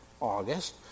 August